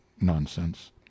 nonsense